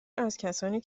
ازکسانی